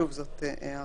שוב, זאת הערה.